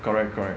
correct correct